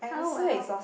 how well